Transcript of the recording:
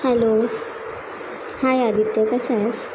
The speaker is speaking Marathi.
हॅलो हाय आदित्य कसा आहेस